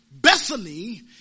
Bethany